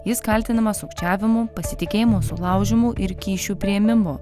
jis kaltinamas sukčiavimu pasitikėjimo sulaužymu ir kyšių priėmimu